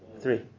Three